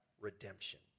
redemption